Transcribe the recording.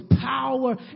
power